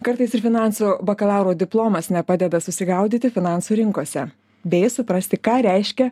kartais ir finansų bakalauro diplomas nepadeda susigaudyti finansų rinkose bei suprasti ką reiškia